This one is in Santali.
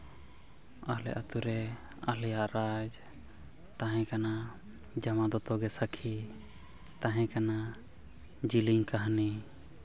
ᱟᱞᱮ ᱟᱛᱳ ᱨᱮ ᱟᱞᱮᱭᱟᱜ ᱨᱟᱡᱽ ᱛᱟᱦᱮᱸ ᱠᱟᱱᱟ ᱡᱟᱢᱟ ᱫᱚᱛᱚ ᱜᱮ ᱥᱟᱹᱠᱷᱤ ᱛᱟᱦᱮᱸ ᱠᱟᱱᱟ ᱡᱮᱞᱮᱧ ᱠᱟᱹᱦᱱᱤ